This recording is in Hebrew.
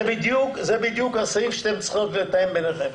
זה בדיוק הסעיף שאתן צריכות לתאם ביניכן,